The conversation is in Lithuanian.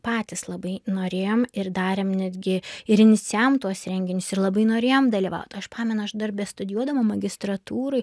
patys labai norėjom ir darėm netgi ir iniciavom tuos renginius ir labai norėjom dalyvaut aš pamenu aš dar bestudijuodama magistratūroj